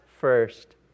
First